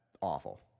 awful